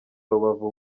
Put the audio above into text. rubavu